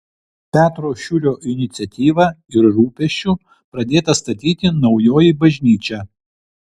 petro šiurio iniciatyva ir rūpesčiu pradėta statyti naujoji bažnyčia